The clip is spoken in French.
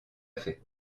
fait